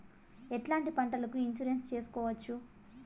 ఎట్లాంటి పంటలకు ఇన్సూరెన్సు చేసుకోవచ్చు?